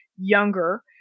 younger